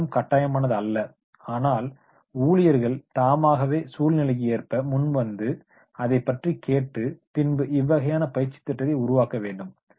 அது ஒன்றும் கட்டாயமானது அல்ல ஆனால் ஊழியர்கள் தாமாகவே சூழ்நிலைக்கு ஏற்ப முன்வந்து அதைப்பற்றி கேட்டு பின்பு இவ்வகையான பயிற்சித் திட்டத்தை உருவாக்க வேண்டும்